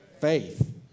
faith